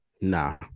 Nah